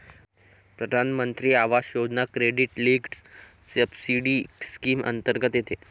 प्रधानमंत्री आवास योजना क्रेडिट लिंक्ड सबसिडी स्कीम अंतर्गत येते